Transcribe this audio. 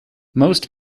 most